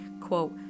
quote